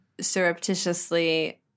surreptitiously